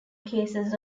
cases